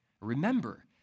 Remember